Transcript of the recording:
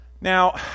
Now